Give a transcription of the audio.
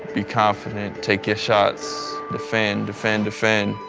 be confident, take your shots, defend defend defend,